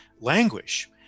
languish